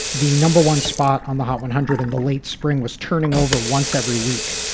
the number one spot on the hot one hundred in the late spring was turning over once every week.